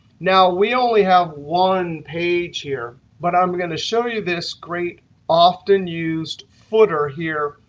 now, we only have one page here. but i'm going to show you this great often used footer here,